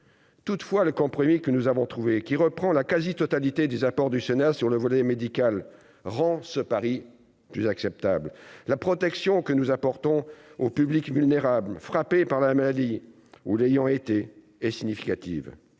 toutefois, le compromis que nous avons trouvé qui reprend la quasi-totalité des apports du Sénat sur le volet médical rend ce pari plus acceptable la protection que nous apportons au public vulnérable, frappé par la maladie ou l'ayant été et significative